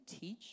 teach